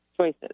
choices